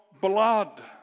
blood